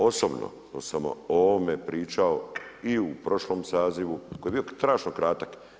Osobno sam o ovome pričao i u prošlom sazivu koji je bio strašno kratak.